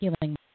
healing